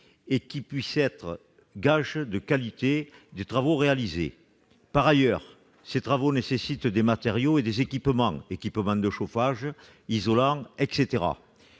et qui puisse garantir la qualité des travaux réalisés. Par ailleurs, ces travaux nécessitent des matériaux et des équipements- équipements de chauffage, isolants, etc.